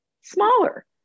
smaller